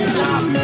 top